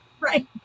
right